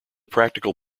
practical